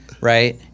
Right